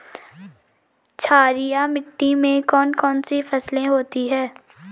क्षारीय मिट्टी में कौन कौन सी फसलें होती हैं?